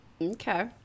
Okay